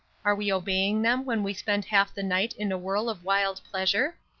are we obeying them when we spend half the night in a whirl of wild pleasure?